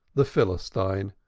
the philistine,